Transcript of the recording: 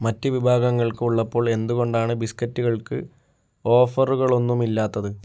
മറ്റ് വിഭാഗങ്ങൾക്കുള്ളപ്പോൾ എന്തുകൊണ്ടാണ് ബിസ്ക്കറ്റുകൾക്ക് ഓഫറുകളൊന്നുമില്ലാത്തത്